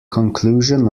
conclusion